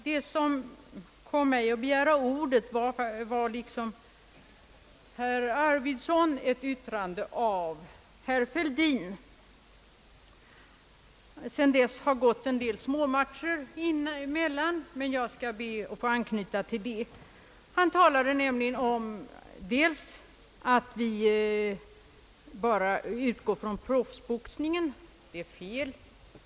Det som kom mig att begära ordet, herr talman, var liksom herr Arvidson ett yttrande av herr Fälldin. Sedan dess har det gått en del småmatcher, men jag skall be att få anknyta till herr Fälldins yttrande. Han talade om att vi tar ställning utgående från proffsboxningen. Detta påstående är fel.